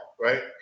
right